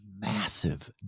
massive